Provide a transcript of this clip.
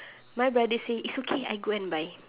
my brother say it's okay I go and buy